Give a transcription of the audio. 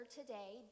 today